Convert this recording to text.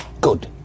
good